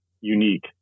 unique